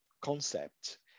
concept